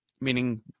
meaning